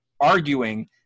arguing